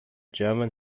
german